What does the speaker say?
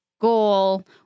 goal